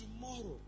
tomorrow